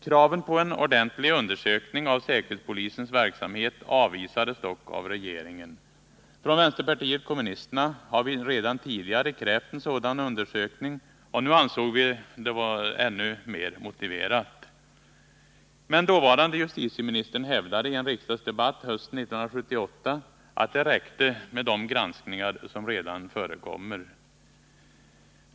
Kraven på en ordentlig undersökning av säkerhetspolisens verksamhet avvisades dock av regeringen. Från vänsterpartiet kommunisterna har vi redan tidigare krävt en sådan undersökning, och nu ansåg vi det ännu mer motiverat. Men dåvarande justitieministern hävdade i en riksdagsdebatt hösten 1978 att det räckte med de granskningar som redan förekommer.